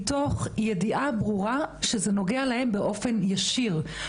מתוך ידיעה ברורה שזה נוגע אליהם באופן ישיר,